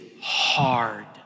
hard